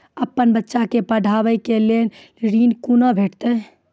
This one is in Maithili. अपन बच्चा के पढाबै के लेल ऋण कुना भेंटते?